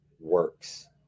works